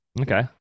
Okay